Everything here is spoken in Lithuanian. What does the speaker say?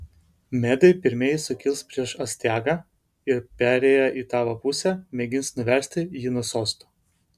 medai pirmieji sukils prieš astiagą ir perėję į tavo pusę mėgins nuversti jį nuo sosto